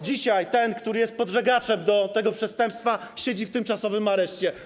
Dzisiaj ten, który jest podżegaczem do tego przestępstwa, siedzi w tymczasowym areszcie.